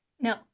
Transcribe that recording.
No